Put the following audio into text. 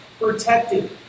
protected